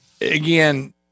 again